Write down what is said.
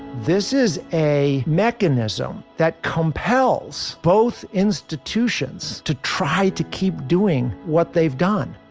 this is a mechanism that compels both institutions to try to keep doing what they've done,